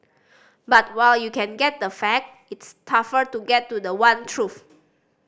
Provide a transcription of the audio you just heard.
but while you can get the fact it's tougher to get to the one truth